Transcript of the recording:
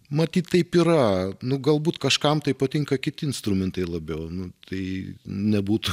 matyt taip yra nu galbūt kažkam tai patinka kiti instrumentai labiau nu tai nebūtų